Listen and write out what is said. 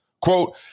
Quote